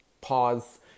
pause